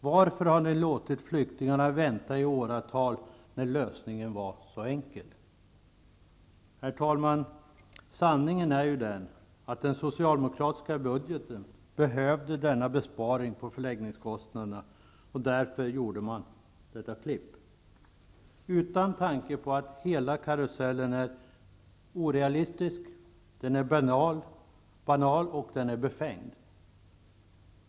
Varför har ni låtit flyktingarna vänta i åratal, när lösningen var så enkel? Herr talman! Sanningen är att den socialdemokratiska budgeten behövde denna besparing på förläggningskostnaderna, och därför gjorde man detta klipp, utan tanke på att hela karusellen är orealistisk, banal och befängd.